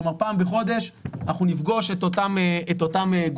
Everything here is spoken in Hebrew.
כלומר פעם בחודש אנחנו נפגוש את אותם גופים